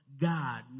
God